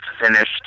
finished